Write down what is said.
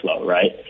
Right